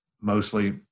mostly